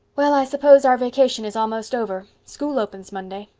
well, i suppose our vacation is almost over. school opens monday.